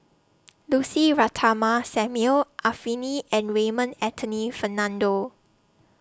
Lucy Ratnammah Samuel Arifini and Raymond Anthony Fernando